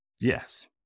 Yes